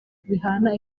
bihana